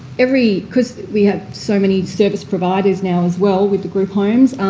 every because we have so many service providers now as well with the group homes,